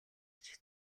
гэж